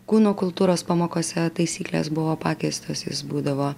kūno kultūros pamokose taisyklės buvo pakeistos jis būdavo